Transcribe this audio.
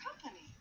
company